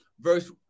verse